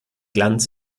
glanz